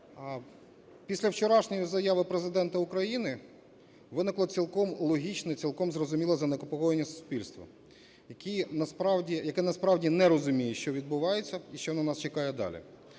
Після вчорашньої заяви Президента України виникло цілком логічне, цілком зрозуміле занепокоєння суспільства, яке насправді не розуміє, що відбувається і що на нас чекає далі.